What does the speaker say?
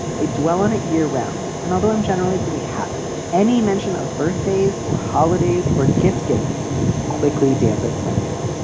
i dwell on it year round and although i'm generally pretty happy. any mention of birthdays or holidays or gift giving quickly dampens my mood